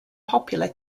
popular